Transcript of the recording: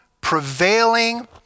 prevailing